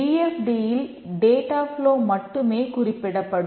D F T மட்டுமே குறிப்பிடப்படும்